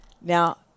Now